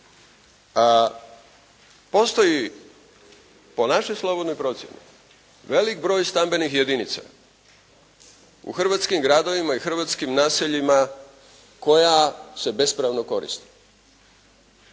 postoji po našoj slobodnoj procjeni velik broj stambenih jedinica u hrvatskim gradovima i hrvatskim naseljima koja se bespravno koriste.